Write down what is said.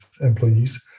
employees